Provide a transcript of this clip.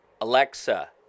Alexa